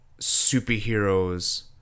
superheroes